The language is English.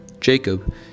Jacob